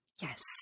Yes